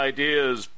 Ideas